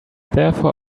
therefore